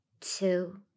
two